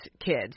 kids